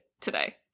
today